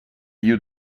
you